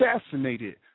assassinated